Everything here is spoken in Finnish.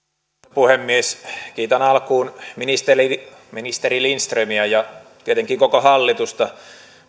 puhemies kiitän alkuun ministeri lindströmiä ja tietenkin koko hallitusta